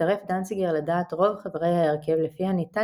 הצטרף דנציגר לדעת רוב חברי ההרכב לפיה ניתן